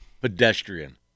Pedestrian